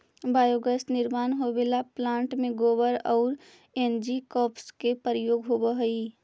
biogas निर्माण होवेला plant में गोबर औउर एनर्जी क्रॉप्स के प्रयोग होवऽ हई